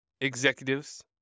executives